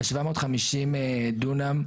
750 דונם,